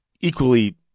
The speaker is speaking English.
equally